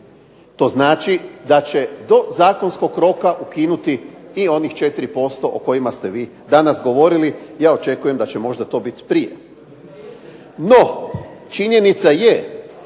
To znači da će do zakonskog roka ukinuti i onih 4% o kojima ste vi danas govorili. Ja očekujem da će možda to biti prije. No, činjenica je